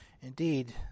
Indeed